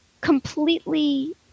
completely